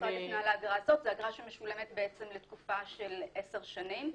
זו אגרה שמשולמת לתקופה של עשר שנים.